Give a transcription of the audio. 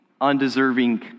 undeserving